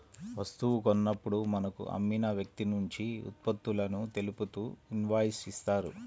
వస్తువు కొన్నప్పుడు మనకు అమ్మిన వ్యక్తినుంచి ఉత్పత్తులను తెలుపుతూ ఇన్వాయిస్ ఇత్తారు